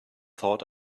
thought